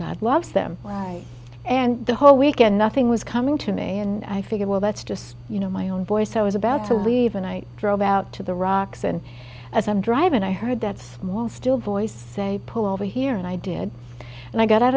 god loves them and the whole weekend nothing was coming to me and i figured well that's just you know my own voice i was about to leave and i drove out to the rocks and as i'm driving i heard that small still voice say pull over here and i did and i got out